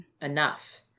enough